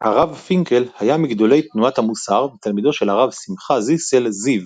הרב פינקל היה מגדולי תנועת המוסר ותלמידו של הרב שמחה זיסל זיו,